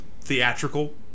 theatrical